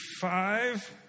five